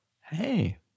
Hey